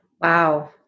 Wow